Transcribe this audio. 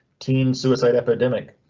teen suicide epidemic.